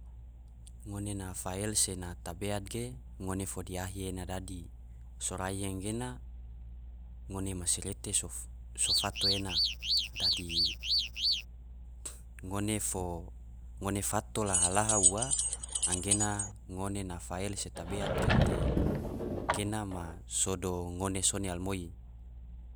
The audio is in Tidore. Ngone na fael se na tabeat ge ngone fo diahi ena dadi, sorai gena ngone masirete so fato ena, dadi ngone fo fato laha laha ua gena ngone na fael se tabeat gate gena ma sodo ngone sone alumoi.